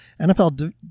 NFL